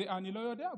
אני לא יודע.